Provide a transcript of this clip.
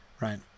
right